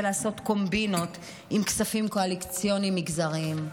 לעשות קומבינות עם כספים קואליציוניים מגזריים.